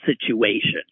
situation